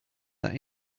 that